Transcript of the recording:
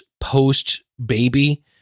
post-baby